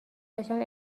داشتند